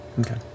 Okay